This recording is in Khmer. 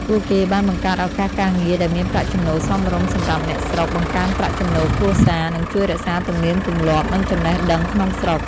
ពួកគេបានបង្កើតឱកាសការងារដែលមានប្រាក់ចំណូលសមរម្យសម្រាប់អ្នកស្រុក បង្កើនប្រាក់ចំណូលគ្រួសារ និងជួយរក្សាទំនៀមទម្លាប់ និងចំណេះដឹងក្នុងស្រុក ។